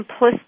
simplistic